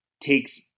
takes